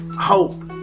hope